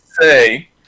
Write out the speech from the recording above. say